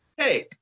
Hey